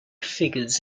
figures